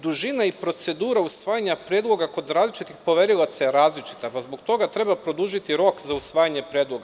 Dužina i procedura usvajanja predloga kod različitih poverilaca je različita, pa zbog toga treba produžiti rok za usvajanje predloga.